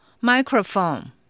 microphone